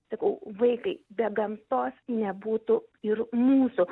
sakau vaikai be gamtos nebūtų ir mūsų